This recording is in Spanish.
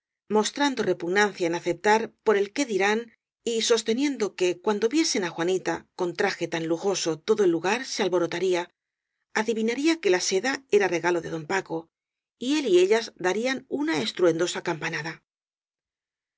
mostrando repugnancia en aceptar por el qué dirán y sosteniendo que cuando viesen á juanita con traje tan lujoso todo el lugar se alborotaría adivinaría que la seda era regalo de don paco y él y ellas darían una estruendosa